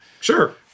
Sure